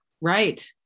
Right